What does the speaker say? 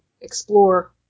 explore